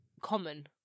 common